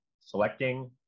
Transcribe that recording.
selecting